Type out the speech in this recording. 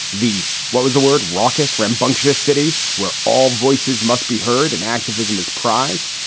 the what was the word raucous, rambunctious city where all voices must be heard and activism is prized?